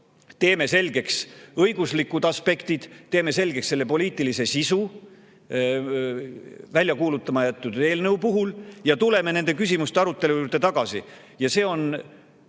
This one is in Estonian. teeme selgeks õiguslikud aspektid, teeme selgeks selle poliitilise sisu välja kuulutamata jäetud [seaduse] puhul ja tuleme nende küsimuste arutelu juurde tagasi. See oleks